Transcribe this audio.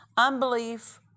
Unbelief